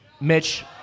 Mitch